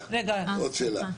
רגע, עוד שאלה.